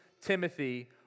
Timothy